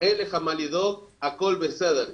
אין לך מה לדאוג, הכל בסדר".